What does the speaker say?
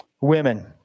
women